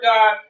God